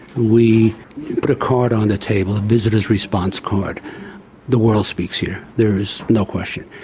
we put a card on the table, a visitors' response card the world speaks here, there is no question.